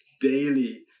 daily